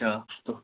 اچھا تو